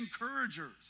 encouragers